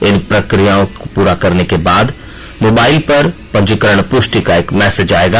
इन प्रक्रियों को पूरा करने के बाद मोबाइल पर पंजीकरण पुष्टि का एक मैसेज आयेगा